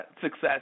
success